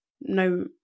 No